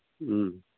ꯎꯝ